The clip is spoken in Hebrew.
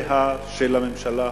ידיה של הממשלה הנוכחית.